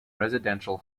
residential